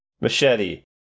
machete